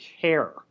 care